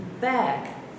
back